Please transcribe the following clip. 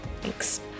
Thanks